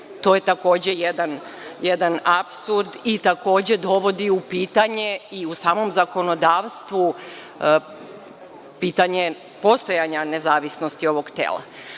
To je takođe jedan apsurd i takođe dovodi u pitanje i u samom zakonodavstvu pitanje postojanja nezavisnosti ovog tela.